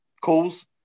calls